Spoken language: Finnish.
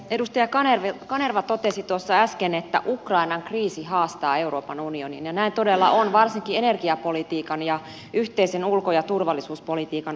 edustaja kanerva totesi tuossa äsken että ukrainan kriisi haastaa euroopan unionin ja näin todella on varsinkin energiapolitiikan ja yhteisen ulko ja turvallisuuspolitiikan osalta